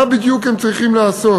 מה בדיוק הם צריכים לעשות,